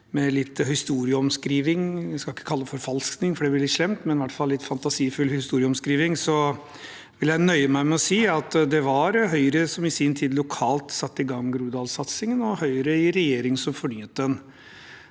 med litt historieomskriving – jeg skal ikke kalle det en forfalskning, for det blir litt slemt, men i hvert fall en litt fantasifull historieomskriving – vil jeg nøye meg med å si at det var Høyre som i sin tid lokalt satte i gang Groruddalssatsingen, og det var Høyre i regjering som fornyet den.